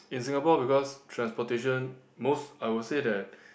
in Singapore because transportation most I will say that